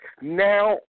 now